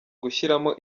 gushyiramo